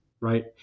right